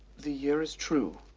the year is true.